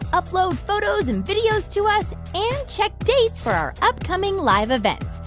upload photos and videos to us and check dates for our upcoming live events.